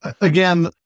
again